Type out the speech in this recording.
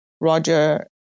Roger